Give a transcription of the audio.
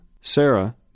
Sarah